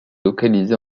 localisée